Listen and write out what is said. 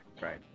right